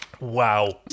Wow